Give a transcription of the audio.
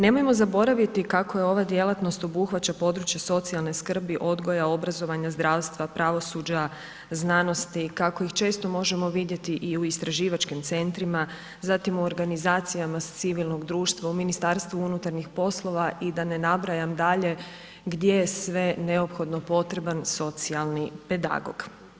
Nemojmo zaboraviti kako je ova djelatnost obuhvaća područje socijalne skrbi, odgoja, obrazovanja, zdravstva, pravosuđa, znanosti, kako ih često možemo vidjeti i u istraživačkim centrima, zatim u organizacijama civilnog društva, u MUP-u i da ne nabrajam dalje gdje je sve neophodno potreban socijalni pedagog.